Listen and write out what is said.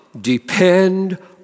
depend